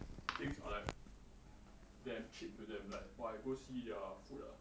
things are like damn cheap to them like oh I go see their food ah